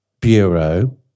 bureau